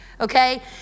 okay